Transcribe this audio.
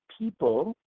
people